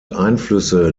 einflüsse